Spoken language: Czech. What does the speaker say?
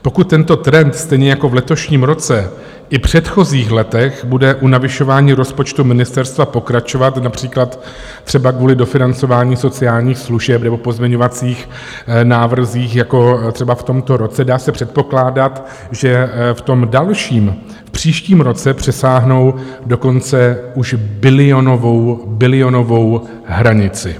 Pokud tento trend, stejně jako v letošním roce i v předchozích letech, bude u navyšování rozpočtu ministerstva pokračovat, například třeba kvůli dofinancování sociálních služeb nebo pozměňovacím návrhům jako třeba v tomto roce, dá se předpokládat, že v tom dalším, v příštím roce přesáhnou dokonce už bilionovou bilionovou! hranici.